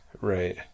right